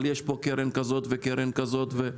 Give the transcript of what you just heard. אבל יש פה קרן כזאת וקרן כזאת?